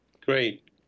great